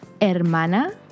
hermana